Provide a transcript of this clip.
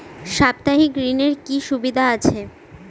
সাপ্তাহিক ঋণের কি সুবিধা আছে?